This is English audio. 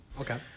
Okay